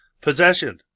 possession